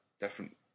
different